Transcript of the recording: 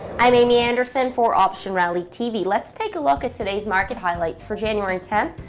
i'm amy anderson for optionrally tv. let's take a look at today's market highlights for january tenth,